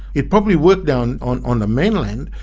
it probably would down on on the mainland,